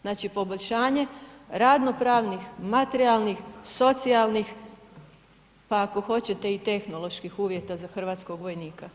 Znači poboljšanje radnopravnih, materijalnih, socijalnih, pa ako hoćete i tehnoloških uvjeta za hrvatskog vojnika.